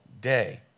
day